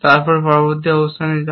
তারপর পরবর্তী অবস্থায় যান